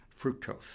fructose